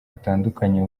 hatandukanye